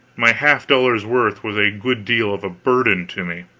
my half-dollar's worth was a good deal of a burden to me.